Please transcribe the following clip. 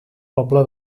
poble